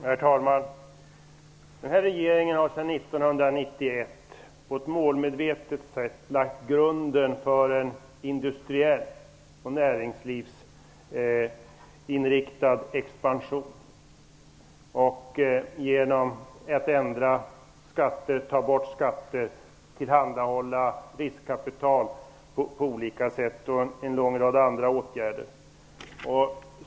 Herr talman! Den nuvarande regeringen har sedan 1991 på ett målmedvetet sätt lagt grunden för en industriell och näringslivsinriktad expansion, genom att ändra och ta bort skatter, på olika sätt tillhandahålla riskkapital och en lång rad andra åtgärder.